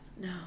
No